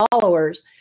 followers